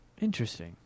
Interesting